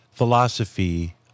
Philosophy